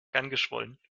angeschwollen